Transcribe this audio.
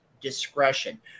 Discretion